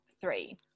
three